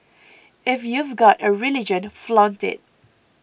if you've got a religion flaunt it